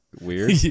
weird